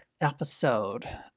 episode